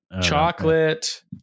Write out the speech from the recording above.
Chocolate